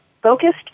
focused